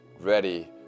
ready